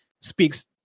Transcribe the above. speaks